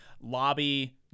lobby